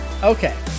Okay